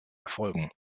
erfolgen